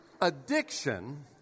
Addiction